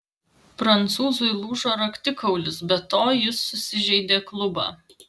prancūzui lūžo raktikaulis be to jis susižeidė klubą